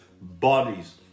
bodies